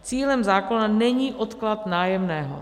Cílem zákona není odklad nájemného.